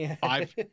Five